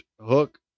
hook